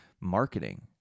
Marketing